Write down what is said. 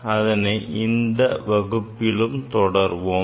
அதனை இந்த வகுப்பிலும் தொடர்வோம்